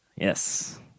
Yes